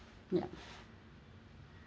ya